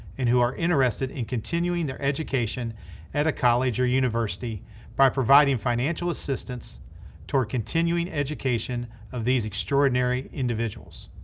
and who are interested in continuing their education at a college or university by providing financial assistance toward continuing education of these extraordinary individuals.